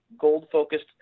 gold-focused